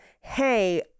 hey